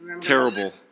terrible